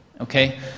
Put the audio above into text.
okay